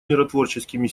миротворческими